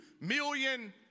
million